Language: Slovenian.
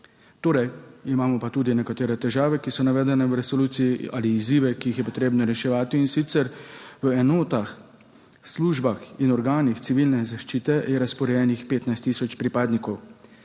Imamo pa tudi nekatere težave, ki so navedene v resoluciji, ali izzive, ki jih je potrebno reševati, in sicer v enotah, službah in organih Civilne zaščite je razporejenih 15 tisoč pripadnikov.